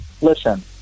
Listen